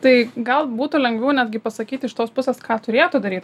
tai gal būtų lengviau netgi pasakyt iš tos pusės ką turėtų daryt